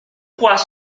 crois